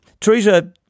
Teresa